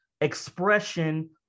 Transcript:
expression